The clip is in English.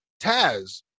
Taz